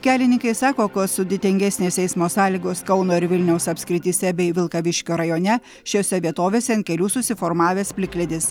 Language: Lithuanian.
kelininkai sako kuo sudėtingesnės eismo sąlygos kauno ir vilniaus apskrityse bei vilkaviškio rajone šiose vietovėse ant kelių susiformavęs plikledis